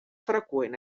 freqüent